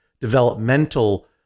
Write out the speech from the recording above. developmental